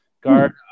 Guard